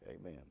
Amen